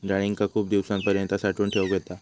डाळींका खूप दिवसांपर्यंत साठवून ठेवक येता